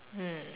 mm